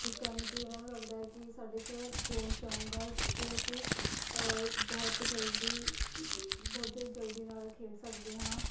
ਜਿਸ ਕਾਰਨ ਕਿ ਉਹਨਾਂ ਨੂੰ ਲੱਗਦਾ ਹੈ ਕਿ ਸਾਡੇ 'ਚ ਜੋਸ਼ ਆਊਗਾ ਅਤੇ ਅਸੀਂ ਬਹੁਤ ਜਲਦੀ ਬਹੁਤ ਜਲਦੀ ਨਾਲ ਖੇਡ ਸਕਦੇ ਹਾਂ